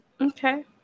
Okay